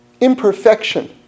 imperfection